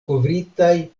kovritaj